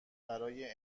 برای